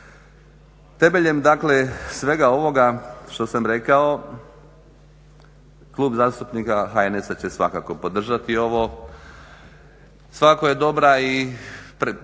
dakle svega ovoga što sam rekao Klub zastupnika HNS-a će svakako podržati ovo. Svakako je dobar i